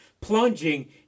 plunging